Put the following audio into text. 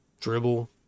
dribble